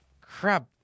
Crap